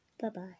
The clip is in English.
Bye-bye